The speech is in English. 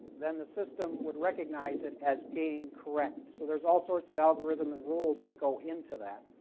then the system would recognize it as being correct. so there's all sorts of algorithm and rules that go into that.